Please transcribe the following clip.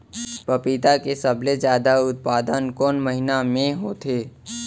पपीता के सबले जादा उत्पादन कोन महीना में होथे?